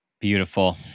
Beautiful